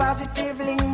Positively